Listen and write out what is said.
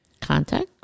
Contact